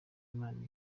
imana